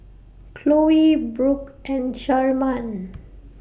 Khloe Brook and Sharman